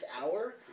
hour